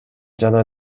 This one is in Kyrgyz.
жана